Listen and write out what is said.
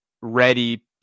ready